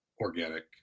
organic